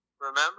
Remember